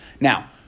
Now